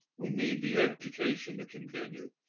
we need the education to continue.